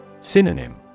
Synonym